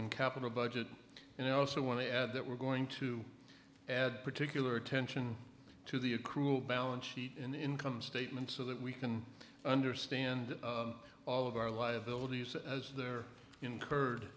in capital budget you know also want to add that we're going to add particular attention to the accrue balance sheet income statement so that we can understand all of our liabilities as they're incurred